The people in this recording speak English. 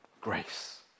grace